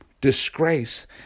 disgrace